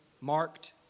marked